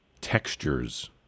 textures